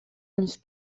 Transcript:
ens